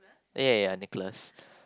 ya ya ya Nicholas